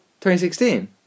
2016